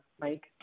Mike